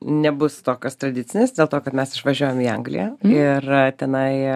nebus tokios tradicinės dėl to kad mes išvažiuojam į angliją ir a tenai a